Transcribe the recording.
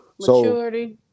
maturity